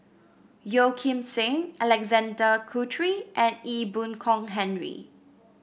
Yeo Kim Seng Alexander Guthrie and Ee Boon Kong Henry